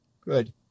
Good